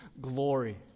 glory